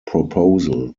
proposal